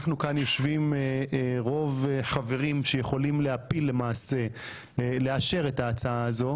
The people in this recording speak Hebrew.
אנחנו יושבים כאן רוב חברים שיכולים לאשר את ההצעה הזו.